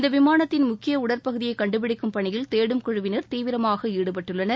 இந்த விமானத்தின் முக்கிய உடல் பகுதியை கண்டுபிடிக்கும் பணியில் தேடும் குழுவினர் தீவிரமாக ஈடுபட்டுள்ளனர்